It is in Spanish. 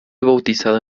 bautizado